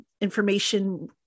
information